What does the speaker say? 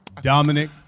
Dominic